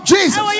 Jesus